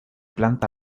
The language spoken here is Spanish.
planta